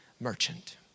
merchant